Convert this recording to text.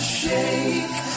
shake